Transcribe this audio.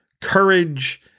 courage